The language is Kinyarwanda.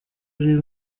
ari